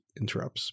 interrupts